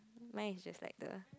mine is just like the